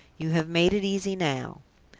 you have made it easy now.